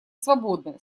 свободны